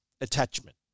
attachment